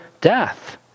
death